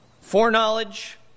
foreknowledge